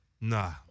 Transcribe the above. Nah